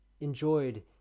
enjoyed